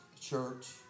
church